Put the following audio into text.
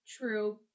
true